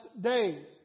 days